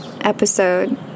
episode